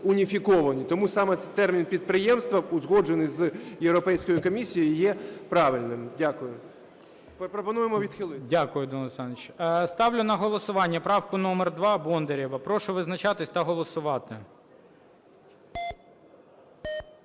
Тому цей саме термін "підприємство", узгоджений з Європейською комісією, є правильним. Дякую. Пропонуємо відхилити. ГОЛОВУЮЧИЙ. Дякую Данило Олександрович. Ставлю на голосування правку номер 2 Бондарєва. Прошу визначатись та голосувати.